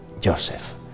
Joseph